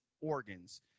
organs